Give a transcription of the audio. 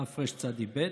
תרצ"ב,